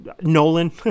Nolan